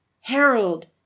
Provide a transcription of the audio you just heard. Harold